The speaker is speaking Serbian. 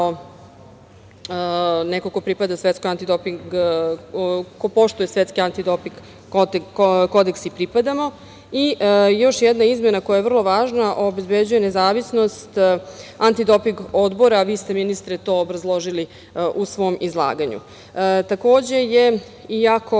koje mi svakako kao neko ko poštuje Svetski antidoping kodeks i pripadamo. Još jedna izmena koja je vrlo važna, a obezbeđuje nezavisnost Antidoping odbora, a vi ste ministre to obrazložili u svom izlaganju. Takođe je, iako